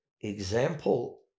example